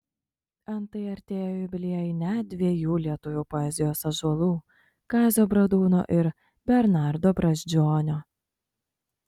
antai artėja jubiliejai net dviejų lietuvių poezijos ąžuolų kazio bradūno ir bernardo brazdžionio